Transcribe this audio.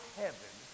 heaven